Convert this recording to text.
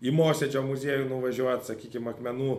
į mosėdžio muziejų nuvažiuot sakykim akmenų